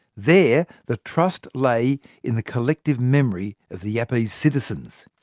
there, the trust lay in the collective memory of the yapese citizens.